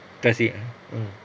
kasi ah mm